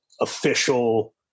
official